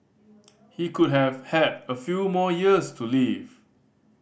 he could have had a few more years to live